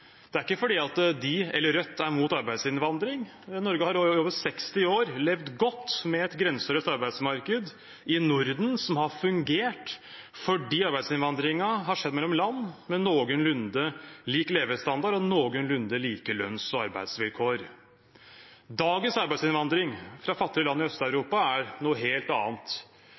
Det er ikke fordi de, eller Rødt, er imot arbeidsinnvandring. Norge har i over 60 år levd godt med et grenseløst arbeidsmarked i Norden, som har fungert fordi arbeidsinnvandringen har skjedd mellom land med noenlunde lik levestandard og noenlunde like lønns- og arbeidsvilkår. Dagens arbeidsinnvandring fra fattige land i Øst-Europa er noe helt annet.